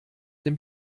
dem